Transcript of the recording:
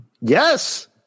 Yes